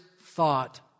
thought